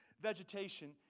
vegetation